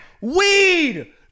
Weed